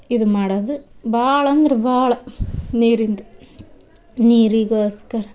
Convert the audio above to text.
ಇದು ಮಾಡೋದ್ ಭಾಳ ಅಂದ್ರೆ ಭಾಳ ನೀರಿಂದು ನೀರಿಗೋಸ್ಕರ